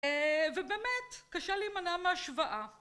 ובאמת קשה להימנע מהשוואה